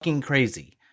crazy